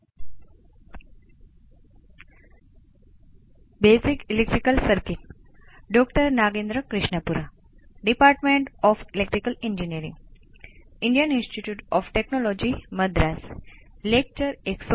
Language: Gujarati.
આપણે RC સર્કિટ અથવા કોઈ સામાન્ય પ્રથમ ઓર્ડર સર્કિટનો પ્રારંભિક ઇનપુટ માટે રિસ્પોન્સ મેળવ્યો